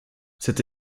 cette